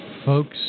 Folks